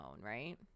right